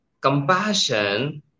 compassion